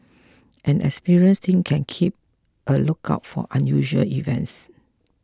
an experiencing team can keep a lookout for unusual events